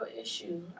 issue